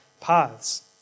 paths